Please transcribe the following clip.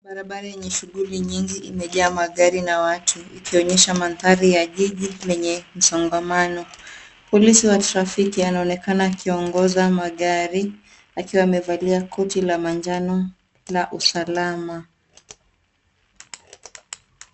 Barabara yenye shughuli nyingi imejaa magari na watu ikionyesha mandhari ya jiji lenye msongamano. Polisi wa trafiki anaonekana akiongoza magari ,akiwa amevalia koti la manjano la usalama.